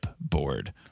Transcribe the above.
board